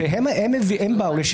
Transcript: סליחה, אבל יש נוהל ברור.